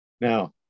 now